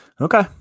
Okay